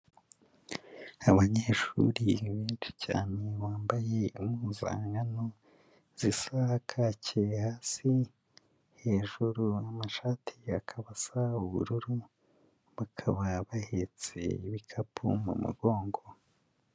Abanyeshuri ni benshi cyane, bambaye impuzanyoto zisa kake hasi, hejuru amashate akaba asa ubururu, bakaba bahetse ibikapu mu mugongo.